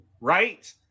Right